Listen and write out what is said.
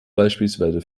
beispielsweise